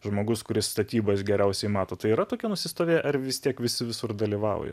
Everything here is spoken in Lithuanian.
žmogus kuris statybas geriausiai mato tai yra tokie nusistovėję ar vis tiek visi visur dalyvauja